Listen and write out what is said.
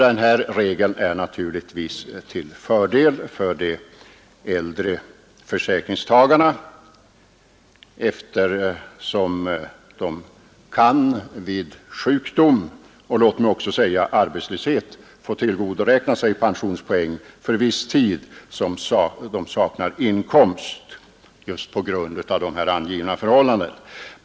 Denna regel är naturligtvis till fördel för de äldre försäkringstagarna, eftersom de vid sjukdom — och även arbetslöshet — kan få tillgodoräkna sig pensionspoäng för den tid de saknar inkomst på grund av angivna förhållanden.